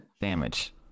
Damage